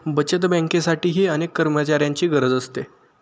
बचत बँकेसाठीही अनेक कर्मचाऱ्यांची गरज असते